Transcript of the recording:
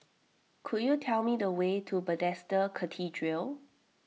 could you tell me the way to Bethesda Cathedral